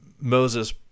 Moses